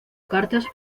cartas